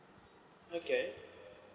okay